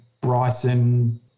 Bryson